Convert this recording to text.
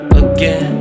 again